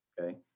okay